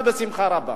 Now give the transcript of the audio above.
ובשמחה רבה,